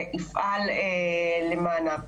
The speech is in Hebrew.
ויפעל למענן.